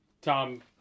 Tom